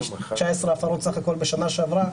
כ-19 הפרות בסך הכול בשנה שעברה,